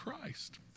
Christ